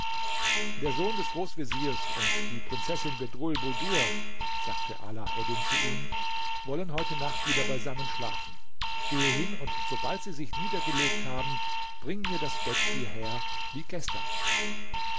der sohn des großveziers und die prinzessin bedrulbudur sagte alaeddin zu ihm wollen heute nacht wieder beisammen schlafen gehe hin und sobald sie sich niedergelegt haben bring mir das bett hierher wie gestern